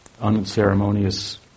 unceremonious